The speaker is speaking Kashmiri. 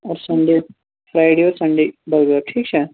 آ سَنڈے فرٛایڈے اور سَنٛڈے بَغٲر ٹھیٖک چھا